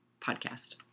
podcast